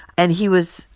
and he was,